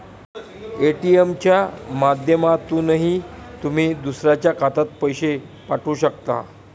ATM च्या माध्यमातूनही तुम्ही दुसऱ्याच्या खात्यात पैसे पाठवू शकता